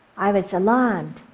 i was alarmed.